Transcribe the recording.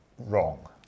wrong